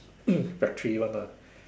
factory one ah